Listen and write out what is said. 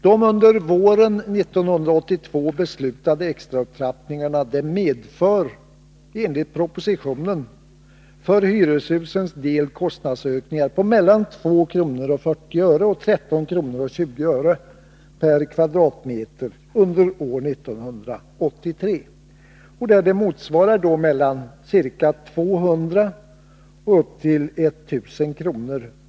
De under våren 1982 beslutade extraupptrappningarna medför enligt propositionen för hyreshusens del kostnadsökningar på mellan 2:40 och 13:20 per kvadratmeter under år 1983. Det motsvarar mellan ca 200 och 1 000 kr.